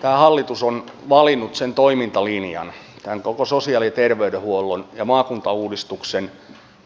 tämä hallitus on valinnut sen toimintalinjan tämän koko sosiaali ja terveydenhuollon ja maakuntauudistuksen